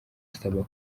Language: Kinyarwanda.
asaba